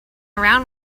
around